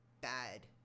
bad